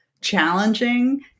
challenging